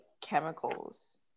chemicals